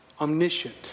omniscient